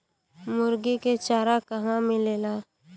मुर्गी के चारा कहवा मिलेला?